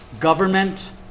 government